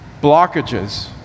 blockages